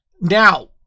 Now